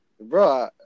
bro